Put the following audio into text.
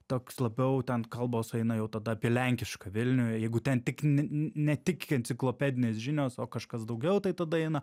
toks labiau ten kalbos eina jau tada apie lenkišką vilnių jeigu ten tik ne tik enciklopedinės žinios o kažkas daugiau tai tada eina